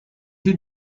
you